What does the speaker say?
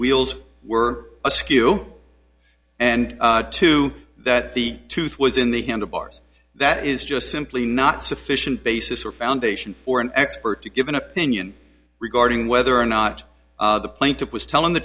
wheels were askew and to that the tooth was in the handlebars that is just simply not sufficient basis or foundation for an expert to give an opinion regarding whether or not the plaintiff was telling the